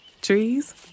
Trees